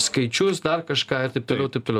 skaičius dar kažką ir taip toliau taip toliau